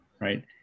right